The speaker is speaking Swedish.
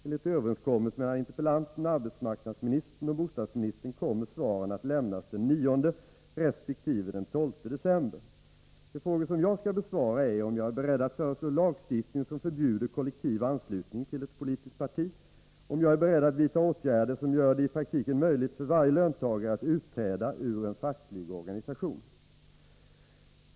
Enligt överenskommelse mellan interpellanten, arbetsmarknadsministern och bostadsministern kommer svaren att lämnas den 9 resp. den 12 december. De frågor jag skall besvara är om jag är beredd att föreslå lagstiftning som förbjuder kollektiv anslutning till ett politiskt parti, om jag är beredd att vidta åtgärder som gör det i praktiken möjligt för varje löntagare att utträda ur en facklig organisation.